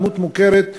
דמות מוכרת בתחנה.